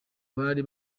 bari